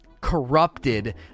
corrupted